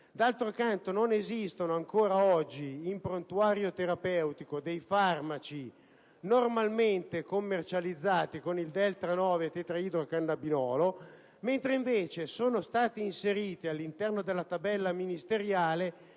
D'altro canto, non esistono ancora oggi in prontuario terapeutico dei farmaci normalmente commercializzati con il delta-9-tetraidrocannabinolo, mentre sono stati inseriti all'interno della tabella ministeriale